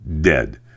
Dead